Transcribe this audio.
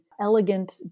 elegant